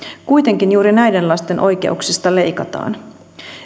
kuitenkin juuri näiden lasten oikeuksista leikataan